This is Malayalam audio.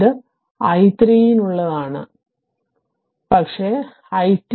ഇത് i3 നുള്ളതാണ് പക്ഷേ i